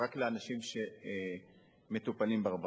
זאת אומרת רק לאנשים שמטופלים ברווחה.